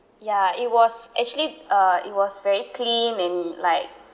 ya it was actually uh it was very clean and like